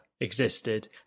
existed